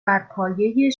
برپایه